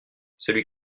celui